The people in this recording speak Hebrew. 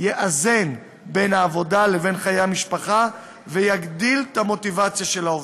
יאזן בין העבודה לבין חיי המשפחה ויגדיל את המוטיבציה של העובדים.